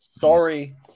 Sorry